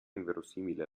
inverosimile